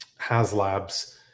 Haslabs